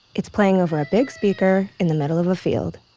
it's playing over a big speaker in the middle of a field.